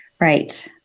Right